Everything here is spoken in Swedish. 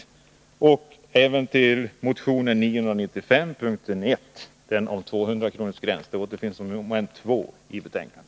Jag yrkar också bifall till motion 995, yrkande 1, som gäller kronorsgränsen för strejkböter. Den återfinns under mom. 2 i betänkandet.